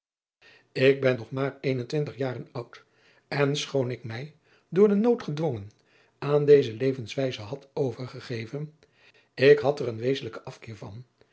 k ben nog maar een en twintig jaren oud en schoon ik mij door den nood gedwongen aan deze levenswijze had overgegeven ik had er een wezenlijken afkeer van